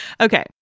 Okay